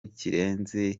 kirenze